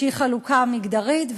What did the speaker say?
שהיא חלוקה מגדרית,